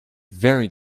very